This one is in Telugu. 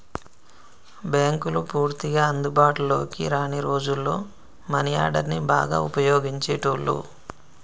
బ్యేంకులు పూర్తిగా అందుబాటులోకి రాని రోజుల్లో మనీ ఆర్డర్ని బాగా వుపయోగించేటోళ్ళు